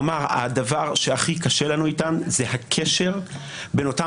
הדבר שהכי קשה לנו איתם זה הקשר בין אותן